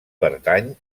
pertany